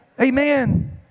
Amen